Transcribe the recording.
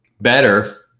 better